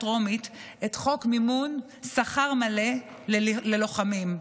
טרומית את חוק מימון שכר לימוד מלא ללוחמים,